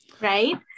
Right